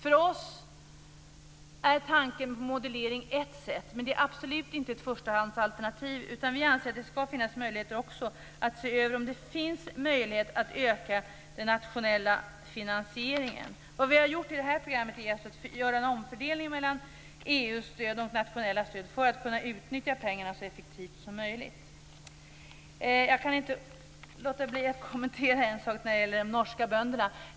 För oss är tanken på modulering ett sätt, men det är absolut inte ett förstahandsalternativ. Vi anser att det också ska finnas möjligheter att se över om det finns en möjlighet att öka den nationella finansieringen. I det här programmet har vi gjort en omfördelning mellan EU:s stöd och det nationella stödet för att kunna utnyttja pengarna så effektivt som möjligt. Jag kan inte låta bli att kommentera en sak som gäller de norska bönderna.